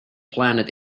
planet